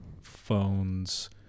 phones